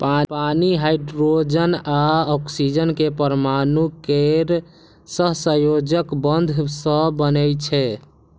पानि हाइड्रोजन आ ऑक्सीजन के परमाणु केर सहसंयोजक बंध सं बनै छै